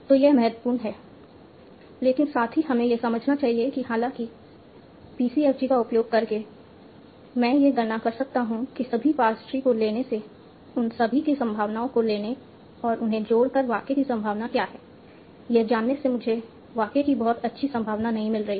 तो यह महत्वपूर्ण है लेकिन साथ ही हमें यह समझना चाहिए कि हालांकि PCFG का उपयोग करके मैं यह गणना कर सकता हूं कि सभी पार्स ट्री को लेने से उन सभी की संभावनाओं को लेने और उन्हें जोड़कर वाक्य की संभावना क्या है यह जानने से मुझे वाक्य की बहुत अच्छी संभावना नहीं मिल रही है